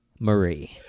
Marie